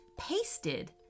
pasted